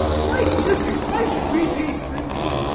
why tribute? why should we pay tribute?